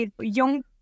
Young